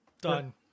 Done